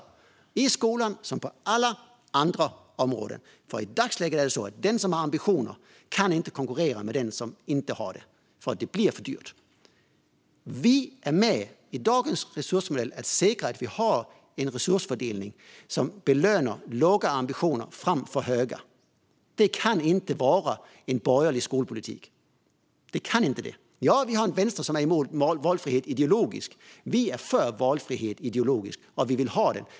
Det gäller såväl skolan som alla andra områden. I dagsläget är det så att den som har ambitioner inte kan konkurrera med den som inte har det eftersom det blir för dyrt. Med dagens resursmodell säkrar vi att vi har en resursfördelning som belönar låga ambitioner framför höga. Det kan inte vara en borgerlig skolpolitik! Vi har en vänster som är emot valfrihet ideologiskt. Vi är för valfrihet ideologiskt, och vi vill ha det.